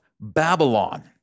Babylon